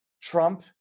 Trump